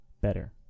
better